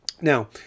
Now